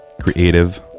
creative